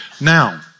Now